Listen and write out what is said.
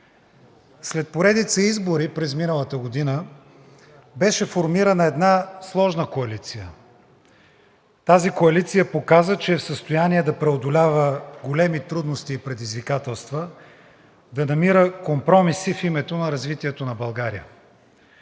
След поредица избори през миналата година беше формирана една сложна коалиция. Тази коалиция показа, че е в състояние да преодолява големи трудности и предизвикателства, да намира компромиси в името на развитието на България.